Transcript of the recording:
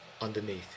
underneath